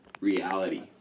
reality